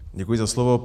Děkuji za slovo.